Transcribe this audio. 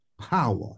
Power